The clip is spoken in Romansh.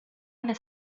ina